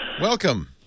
Welcome